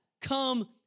come